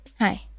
Hi